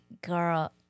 girl